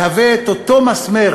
מהווה בדיוק את אותו מסמר